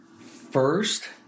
First